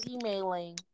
emailing